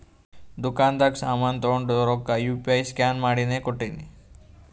ದುಕಾಂದಾಗ್ ಸಾಮಾನ್ ತೊಂಡು ರೊಕ್ಕಾ ಯು ಪಿ ಐ ಸ್ಕ್ಯಾನ್ ಮಾಡಿನೇ ಕೊಟ್ಟಿನಿ